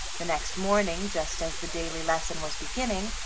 the next morning, just as the daily lesson was beginning,